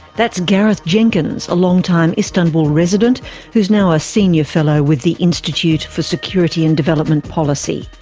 that's gareth jenkins, a long-time istanbul resident who is now a senior fellow with the institute for security and development policy.